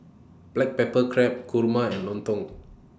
Black Pepper Crab Kurma and Lontong